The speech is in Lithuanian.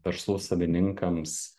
verslų savininkams